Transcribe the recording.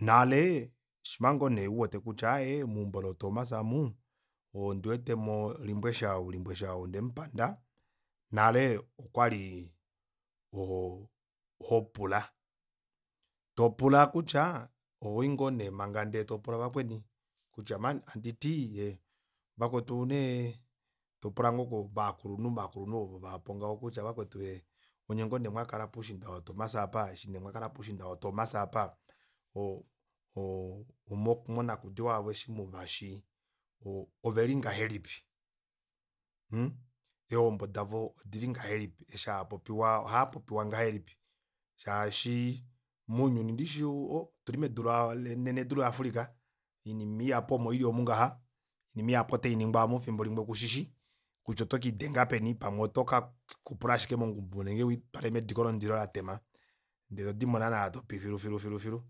nale shima ngoo nee uwete kutya aaye meumbo lotomas aamu ondiwetemo limbwesha limbwesha ou ondemupanda nale okwali hoo hopula topula kutya ohoingoo neemanga ndee topula vakweni kutya mani handiti vakwetu nee topula ngoo kaakulunhu akulunhu oovo vaapo ngaho kutya vakwetu ee onyengoo nee mwakala puushinda woo tomas aapa eshi nee mwakala puushiinda wo tomas apa monakudiwa yavo eshi muvashi oveli ngahelipi ummhu ehombo davo odili ngahelipi eshi haapopiwa ohaapiwa ngahelipi shaashi muunyuni ndishi ooh otuli medu menenedu la africa oinima ihapu omo ilimu ngaha oinima ihapu otainingwa aamu efimbo limwe kushishi kutya oto kelidenga peni pamwe otokidenga ashike mongubu nenge wipake mediko lomundilo latemba ndee todimo naana topi filu filu filu